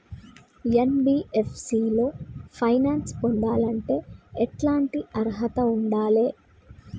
NBFC లో finance పొందాలంటే ఎట్లాంటి అర్హత ఉండాలే?